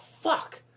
fuck